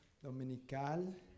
dominical